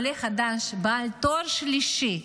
עולה חדש בעל תואר שלישי,